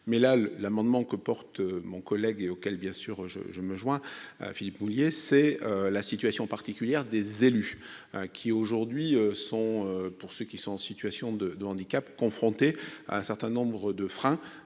mais la le l'amendement que porte mon collègue et auquel bien sûr je je me joins à Philippe Houllier c'est la situation particulière des élus qui aujourd'hui sont pour ceux qui sont en situation de handicap, confronté à un certain nombre de frein